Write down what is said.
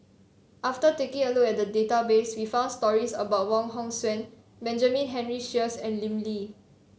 after taking a look at the database we found stories about Wong Hong Suen Benjamin Henry Sheares and Lim Lee